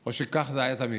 או שככה זה היה תמיד.